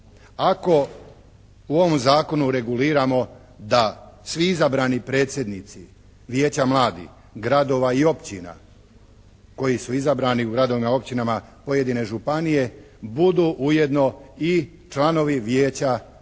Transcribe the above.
Ako u ovom zakonu reguliramo da svi izabrani predsjednici Vijeća mladih, gradova i općina koji su izabrani u gradovima, općinama pojedine županije budu ujedno i članovi Vijeća mladih